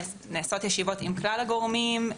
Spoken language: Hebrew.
נעשות ישיבות עם כלל הגורמים,